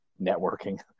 networking